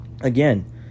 Again